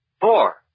Four